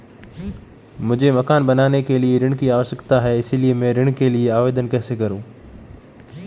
मुझे मकान बनाने के लिए ऋण की आवश्यकता है इसलिए मैं ऋण के लिए आवेदन कैसे करूं?